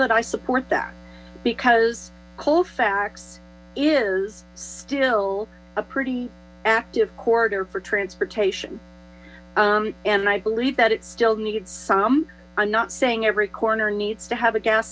that i support that because colfax is still a pretty active quarter for transportation and i believe that it still needs some i'm not saying every corner needs to have a gas